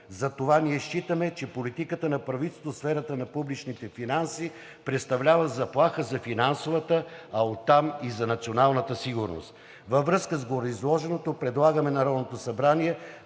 Затова ние считаме, че политиката на правителството в сферата на публичните финанси представлява заплаха за финансовата, а оттам и за националната сигурност. Във връзка с гореизложеното предлагаме Народното събрание